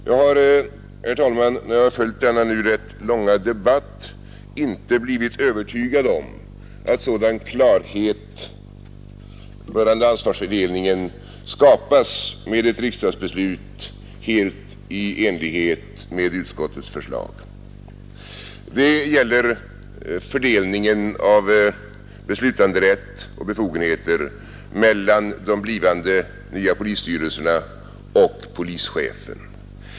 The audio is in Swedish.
Jag har, herr talman, när jag följt denna nu rätt långa debatt inte blivit övertygad om att sådan klarhet rörande ansvarsfördelningen skapas med ett riksdagsbeslut helt i enlighet med utskottets förslag. Det gäller fördelningen av beslutanderätt och befogenheter mellan de blivande nya polisstyrelserna och polischefen.